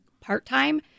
part-time